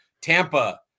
Tampa